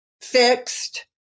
fixed